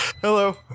Hello